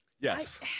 yes